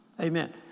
Amen